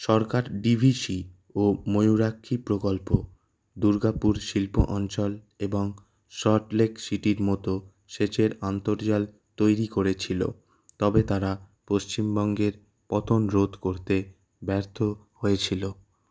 সরকার DVC ও ময়ূরাক্ষী প্রকল্প দুর্গাপুর শিল্প অঞ্চল এবং সল্টলেক সিটির মতো সেচের আন্তর্জাল তৈরি করেছিল তবে তারা পশ্চিমবঙ্গের পতন রোধ করতে ব্যর্থ হয়েছিল